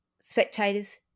Spectators